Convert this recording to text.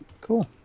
Cool